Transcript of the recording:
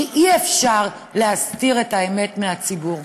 כי אי-אפשר להסתיר את האמת מהציבור.